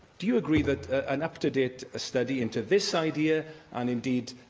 do you agree that an up-to-date study into this idea, and, indeed,